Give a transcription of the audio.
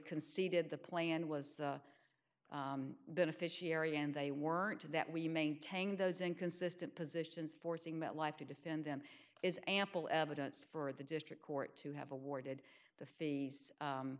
conceded the plan was the beneficiary and they weren't to that we maintain those inconsistent positions forcing metlife to defend them is ample evidence for the district court to have awarded the fees